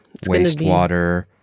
wastewater